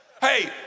Hey